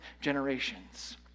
generations